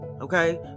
Okay